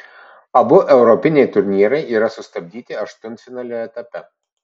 abu europiniai turnyrai yra sustabdyti aštuntfinalio etape